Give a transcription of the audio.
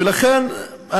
ולכן,